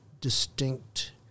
distinct